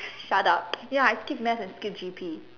shut up ya I skipped math and skipped G_P